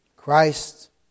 Christ